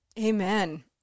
Amen